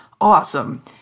awesome